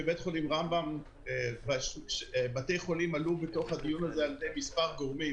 כבית החולים רמב"ם ובתי חולים עלו בתוך הדיון הזה על-ידי מספר גורמים